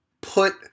put